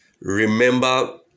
remember